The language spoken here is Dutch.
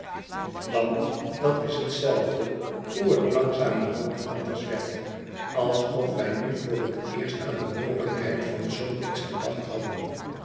want dat is hetzelfde hoe het langzamerhand anders werd alsof wij nu voor het eerst aan de mogelijkheid van zoo iets gedacht hadden